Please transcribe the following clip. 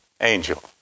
angel